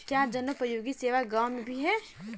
क्या जनोपयोगी सेवा गाँव में भी है?